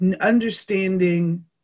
understanding